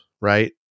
right